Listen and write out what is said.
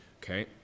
Okay